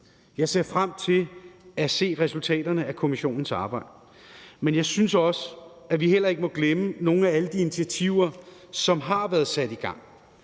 Jeg ser frem til at se resultaterne af kommissionens arbejde. Men jeg synes også, at vi heller ikke må glemme nogle af alle de initiativer, som har været sat i gang.